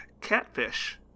Catfish